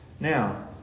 Now